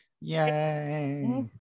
Yay